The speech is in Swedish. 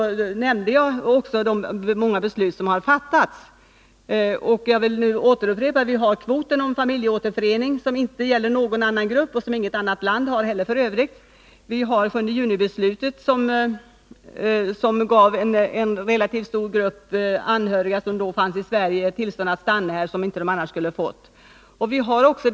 Jag nämnde också de många beslut som har fattats, och jag vill upprepa att vi har en kvot för familjeåterförening, något som inte gäller för någon annan grupp och som f.ö. inte heller något annat land tillämpar. Vi har vidare 7 juni-beslutet, som gav en relativt stor grupp anhöriga som då fanns i Sverige tillstånd att stanna här, vilket man annars inte skulle ha fått.